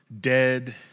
dead